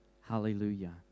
hallelujah